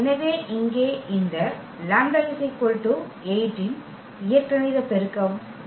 எனவே இங்கே இந்த λ 8 இன் இயற்கணித பெருக்கம் 1 ஆகும்